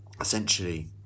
essentially